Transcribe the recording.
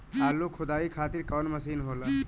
आलू खुदाई खातिर कवन मशीन होला?